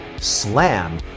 Slam